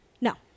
No